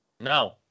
No